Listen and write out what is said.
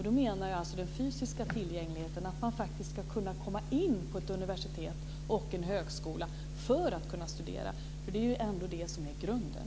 Då menar jag den fysiska tillgängligheten, att man faktiskt ska kunna komma in på ett universitet och en högskola för att kunna studera. Det är ändå det som är grunden.